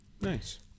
Nice